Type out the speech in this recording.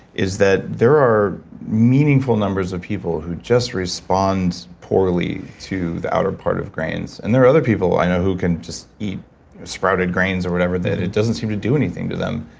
is that there are meaningful numbers of people who just respond poorly to the outer part of grains. and there are other people i who can just eat sprouted grains or whatever that it doesn't seem to do anything to them.